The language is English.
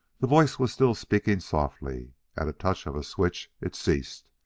the voice was still speaking softly at a touch of a switch it ceased,